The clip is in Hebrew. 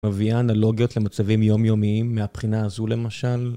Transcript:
מביאה אנלוגיות למצבים יומיומיים, מהבחינה הזו למשל.